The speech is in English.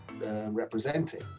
representing